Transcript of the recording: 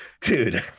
dude